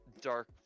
dark